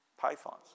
pythons